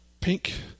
pink